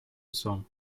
song